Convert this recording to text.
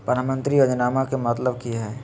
प्रधानमंत्री योजनामा के मतलब कि हय?